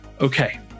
Okay